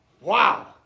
Wow